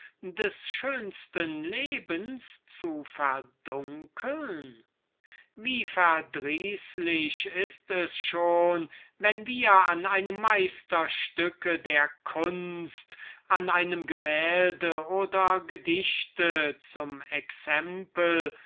des schönsten lebens zu verdunkeln wie verdrießlich wenn wir an einem meisterstücke der kunst an einem gemälde oder gedichte zum exempel